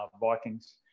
Vikings